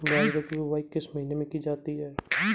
बाजरे की बुवाई किस महीने में की जाती है?